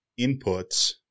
inputs